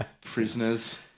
Prisoners